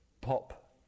pop